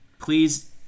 Please